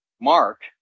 Mark